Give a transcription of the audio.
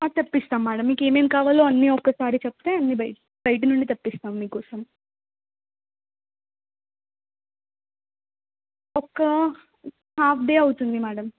తెప్పిస్తాం madam మీకు ఏమేమి కావాలో అన్నీ ఒక్కసారి చెప్తే అన్ని బ బయటి నుండి తెప్పిస్తాం మీకోసం ఒక హాఫ్ డే అవుతుంది మేడం